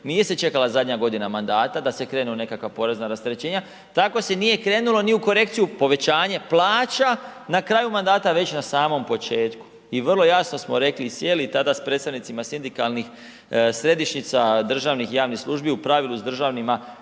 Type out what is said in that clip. nije se čekala zadnja godina mandata da se krene u nekakva porezna rasterećenja, tako se nije krenulo ni u korekciju povećanja plaća na kraju mandata već na samom početku. I vrlo jasno smo rekli i sjeli s predstavnicima sindikalnih središnjih, državnih i javnih službi, u pravilu s državnima